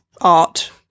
art